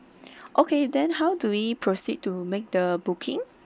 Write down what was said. okay then how do we proceed to make the booking